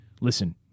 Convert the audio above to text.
listen